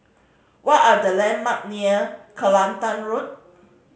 what are the landmark near Kelantan Road